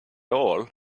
all